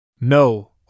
No